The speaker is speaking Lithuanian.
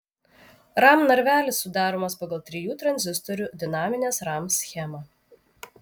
ram narvelis sudaromas pagal trijų tranzistorių dinaminės ram schemą